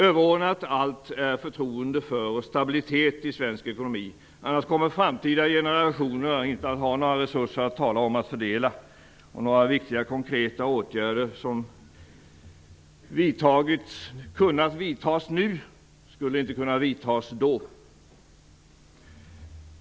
Överordnat allt är förtroende för och stabilitet i svensk ekonomi. Annars kommer framtida generationer inte att ha några resurser att tala om att fördela. Några viktiga konkreta åtgärder som nu har kunnat vidtas skulle då inte kunna vidtas.